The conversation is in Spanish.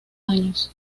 años